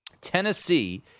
Tennessee